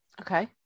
Okay